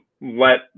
let